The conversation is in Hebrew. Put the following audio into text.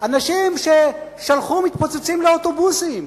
אנשים ששלחו מתפוצצים לאוטובוסים,